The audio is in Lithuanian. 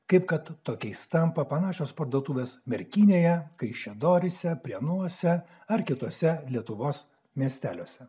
kaip kad tokiais tampa panašios parduotuvės merkinėje kaišiadoryse prienuose ar kituose lietuvos miesteliuose